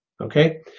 Okay